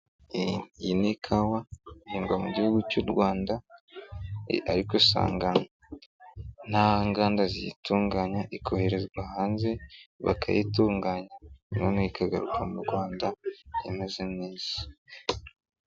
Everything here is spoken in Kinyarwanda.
Iyi ni ikawa ihindwa mu gihugu cy'u Rwanda ariko isanga nta nganda ziyitunganya ikoherezwa hanze bakayitunganya ikagaruka mu Rwanda imeze neza.